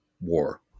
war